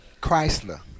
Chrysler